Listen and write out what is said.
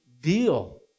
deal